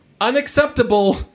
Unacceptable